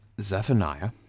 Zephaniah